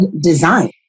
Design